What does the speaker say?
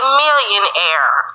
millionaire